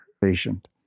patient